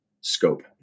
scope